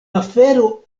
afero